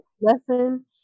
lesson